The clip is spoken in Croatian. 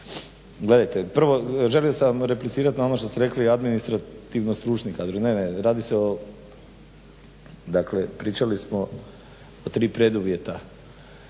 ništa. Prvo želio sam replicirati na ono što ste rekli administrativno stručni kadar, ne, ne radi se pričali smo o tri preduvjeta